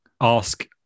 ask